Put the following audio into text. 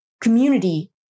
community